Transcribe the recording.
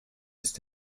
ist